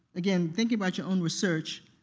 again, thinking about your own research,